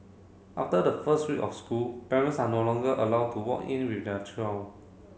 after the first week of school parents are no longer allowed to walk in with their child